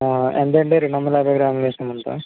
ఎంతండి రెండొందల యాభై గ్రాములు వేసుకోమంటారా